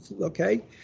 Okay